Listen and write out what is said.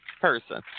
person